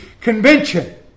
Convention